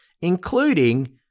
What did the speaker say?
including